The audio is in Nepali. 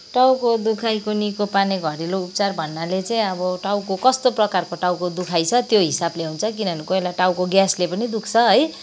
टाउको दुखाइको निको पार्ने घरेलु उपचार भन्नाले चाहिँ अब टाउको कस्तो प्रकारको टाउको दुखाइ छ त्यो हिसाबले हुन्छ किनभने कोहीबेला टाउको ग्यासले पनि दुख्छ है